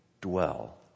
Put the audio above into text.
dwell